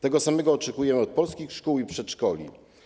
Tego samego oczekujemy od polskich szkół i przedszkoli.